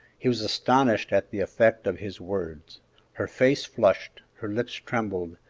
he was astonished at the effect of his words her face flushed, her lips trembled,